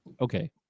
okay